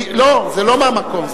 לא, זה לא מהמקום.